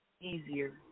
easier